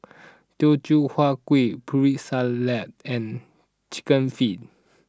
Teochew Huat Kueh Putri Salad and Chicken Feet